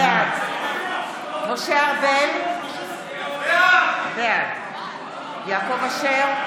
בעד משה ארבל, בעד יעקב אשר,